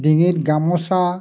ডিঙিত গামোচা